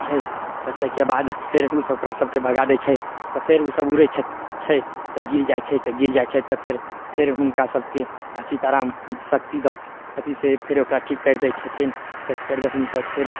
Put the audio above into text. छै तऽ ताहिकेबाद फेर ओसब ओकरा सबके भगा दै छै तऽ फेर ओ सब उड़ै छै तऽ गिर जाइ छै तऽ गिर जाइ छै तऽ फेर फेर हुनका सबके घसीटाराम शक्ति दऽके अथी से फेर ओकरा ठीक करि दै छथिन तऽ करि दै छथिन तऽ फेर